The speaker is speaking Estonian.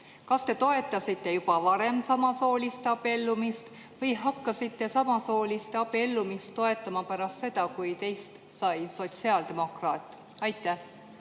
Kas te toetasite juba varem samasooliste abiellumist või hakkasite samasooliste abiellumist toetama pärast seda, kui teist sai sotsiaaldemokraat? Aitäh,